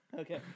Okay